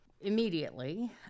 Immediately